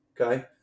Okay